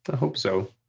hope so.